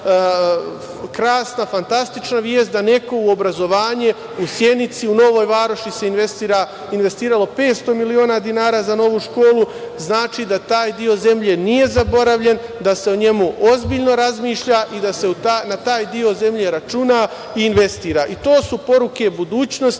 krasna, fantastična vest, da neko u obrazovanje, u Sjenici, u Novoj Varoši se investiralo 500 miliona dinara za novu školu, znači da taj deo zemlje nije zaboravljen, da se o njemu ozbiljno razmišlja i da se na taj deo zemlje računa i investira. To su poruke budućnosti. Ono